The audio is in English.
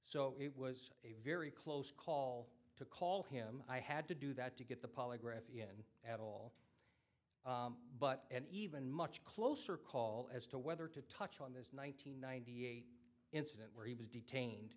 so it was a very close call to call him i had to do that to get the polygraph in at all but and even much closer call as to whether to touch on this one nine hundred ninety eight incident where he was detained